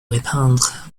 répandre